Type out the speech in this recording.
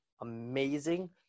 amazing